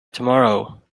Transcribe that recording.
tomorrow